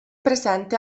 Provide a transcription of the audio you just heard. presente